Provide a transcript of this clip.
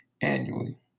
annually